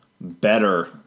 better